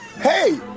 Hey